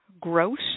Gross